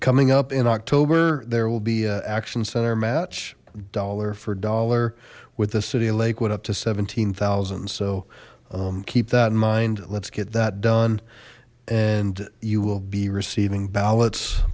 coming up in october there will be a action center match dollar for dollar with the city of lakewood up to seventeen thousand so keep that in mind let's get that done and you will be receiving ballots